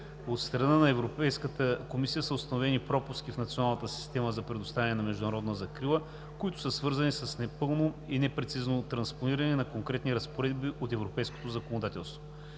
От страна на Европейската комисия са установени пропуски в националната система за предоставяне на международна закрила, които са свързани с непълно и непрецизно транспониране на конкретни разпоредби от европейското законодателство.